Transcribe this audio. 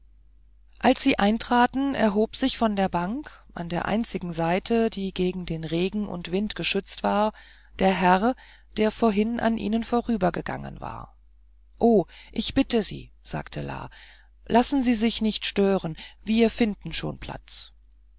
als sie eintraten erhob sich von der bank an der einzigen seite die gegen den regen und wind geschützt war der herr der vorhin an ihnen vorübergegangen war oh ich bitte sagte la lassen sie sich nicht stören wir finden schon platz